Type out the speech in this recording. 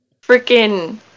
freaking